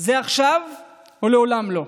זה עכשיו או לעולם לא.